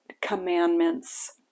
commandments